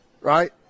Right